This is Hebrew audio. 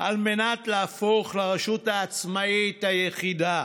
על מנת להפוך לרשות העצמאית היחידה.